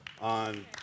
on